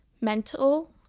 mental